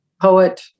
poet